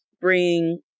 bring